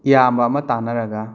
ꯏꯌꯥꯝꯕ ꯑꯃ ꯇꯥꯅꯔꯒ